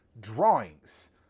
drawings